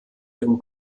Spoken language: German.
ihrem